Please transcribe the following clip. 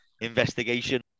investigation